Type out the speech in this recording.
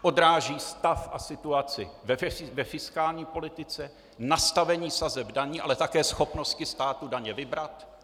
Odráží stav a situaci ve fiskální politice, nastavení sazeb daní, ale také schopnosti státu daně vybrat.